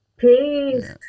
Peace